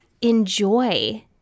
enjoy